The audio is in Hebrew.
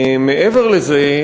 מעבר לזה,